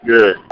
Good